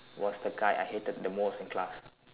was the guy I hated the most in class